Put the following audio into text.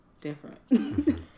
different